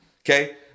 okay